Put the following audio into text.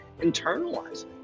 internalizing